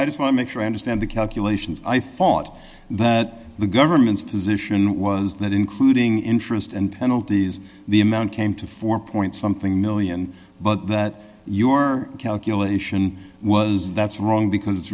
i just want to make sure i understand the calculations i thought that the government's position was that including interest and penalties the amount came to four point something one million but that your calculation was that's wrong because it's